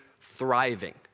thriving